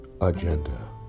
agenda